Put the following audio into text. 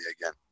again